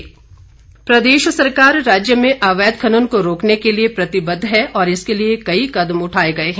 जयराम ठाकुर प्रदेश सरकार राज्य में अवैध खनन को रोकने के लिए प्रतिबद्व है और इसके लिए कई कदम उठाए गए है